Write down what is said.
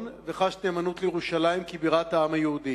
וחש נאמנות לירושלים כבירת העם היהודי.